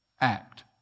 act